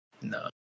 No